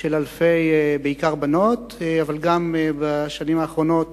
של אלפים, בעיקר בנות, אבל בשנים האחרונות